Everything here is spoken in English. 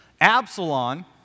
Absalom